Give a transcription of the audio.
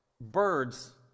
birds